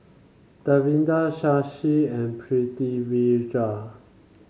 Davinder Shashi and Pritivirja